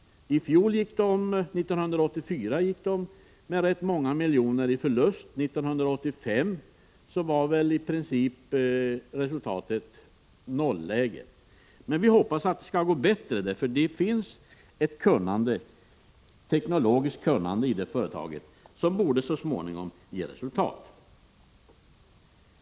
1984 gick företaget med rätt många miljoner i förlust och 1985 var det väl i princip fråga om ett nolläge. Men vi hoppas att det skall gå bättre, för det finns ett teknologiskt kunnande i företaget som så småningom borde ge resultat.